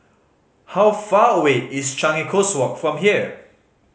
how far away is Changi Coast Walk from here